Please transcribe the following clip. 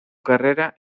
carrera